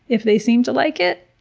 if they seem to like it,